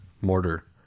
Mortar